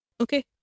Okay